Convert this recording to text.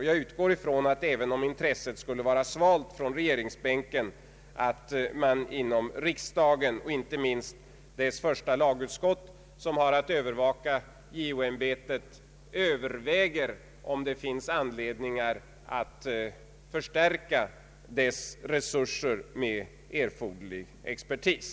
Jag utgår ifrån att man inom riksdagen — även om intresset skulle vara svalt från regeringsbänken — och inte minst dess första lagutskott, som har att övervaka JO ämbetet, överväger om det finns anledningar att förstärka ämbetets resurser med erforderlig expertis.